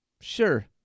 Sure